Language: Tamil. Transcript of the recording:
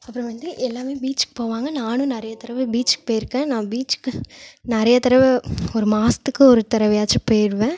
அப்புறம் வந்து எல்லாமே பீச்சுக்கு போவாங்க நானும் நிறைய தடவை பீச்சுக்கு போயிருக்கேன் நான் பீச்சுக்கு நிறைய தடவை ஒரு மாசத்துக்கு ஒரு தடவையாச்சும் போயிடுவேன்